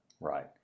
Right